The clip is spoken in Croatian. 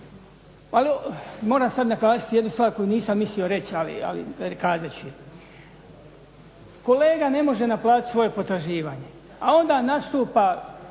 Moram sada naglasiti jednu stvar koju nisam mislio reći ali kazat ću je. kolega ne može naplatiti svoje potraživanje, a onda nastupa